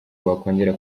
bakongera